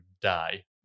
die